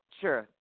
sure